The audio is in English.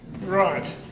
Right